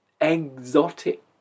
exotic